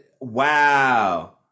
Wow